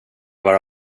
vara